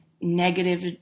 negative